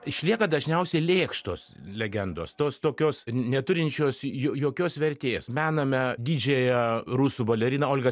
išlieka dažniausiai lėkštos legendos tos tokios neturinčios jo jokios vertės mename didžiąją rusų baleriną olgą